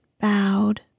bowed